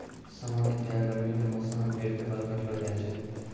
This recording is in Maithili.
सामान्यतया गर्मी के मौसम मॅ भेड़ के बाल काटलो जाय छै